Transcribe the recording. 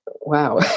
wow